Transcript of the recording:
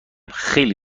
خیلی